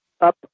up